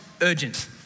urgent